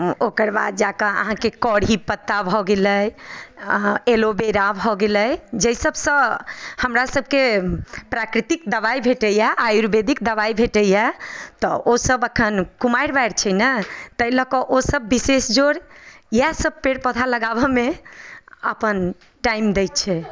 ओकर बाद जाकऽ कढ़ी पत्ता भऽ गेलै अऽ एलोवेरा भऽ गेलै जाहि सभसँ हमरा सभके प्राकृतिक दबाइ भेटैया आयुर्वेदिक दबाइ भेटैया तऽ ओ सभ अखन कुमारि बारि छै ने ताहि लऽ कऽ ओ सभ विशेष जोड़ इएह सभ पेड़ पौधा लगाबऽ मे अपन टाइम दै छै